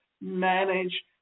manage